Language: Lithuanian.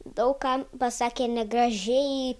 daug ką pasakė negražiai